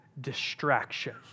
distraction